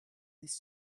this